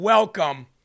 Welcome